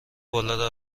بالا